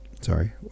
Sorry